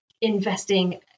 investing